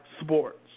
sports